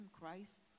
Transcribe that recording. Christ